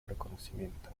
reconocimiento